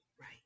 right